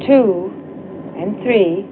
two and three